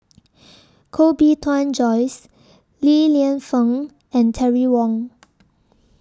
Koh Bee Tuan Joyce Li Lienfung and Terry Wong